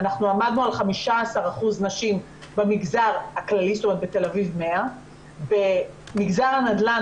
אנחנו עמדנו על 15% נשים במגזר הכללי בת"א 100. במגזר הנדל"ן,